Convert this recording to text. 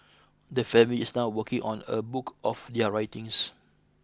the family is now working on a book of their writings